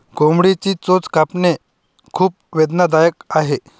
कोंबडीची चोच कापणे खूप वेदनादायक आहे